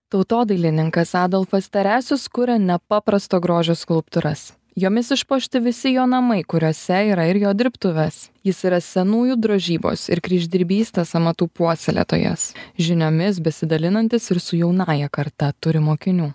tautodailininkas adolfas teresius kuria nepaprasto grožio skulptūras jomis išpuošti visi jo namai kuriuose yra ir jo dirbtuvės jis yra senųjų drožybos ir kryždirbystės amatų puoselėtojas žiniomis besidalinantis ir su jaunąja karta turi mokinių